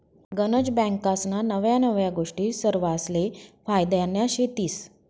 गनज बँकास्ना नव्या नव्या गोष्टी सरवासले फायद्यान्या शेतीस